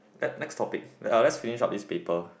ne~ next topic uh let's finish up this paper